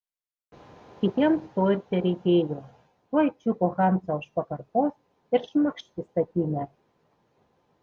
kitiems to ir tereikėjo tuoj čiupo hansą už pakarpos ir šmakšt į statinę